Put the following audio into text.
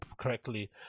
correctly